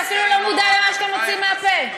אתה אפילו לא מודע למה שאתה מוציא מהפה.